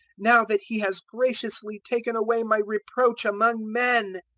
now that he has graciously taken away my reproach among men.